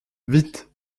vite